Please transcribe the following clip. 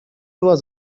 was